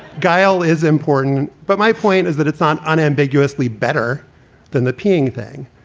guy'll is important, but my point is that it's on unambiguously better than the peeing thing.